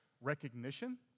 recognition